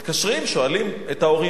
מתקשרים ושואלים את ההורים,